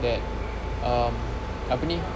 that um apa ni